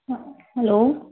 हा हैलो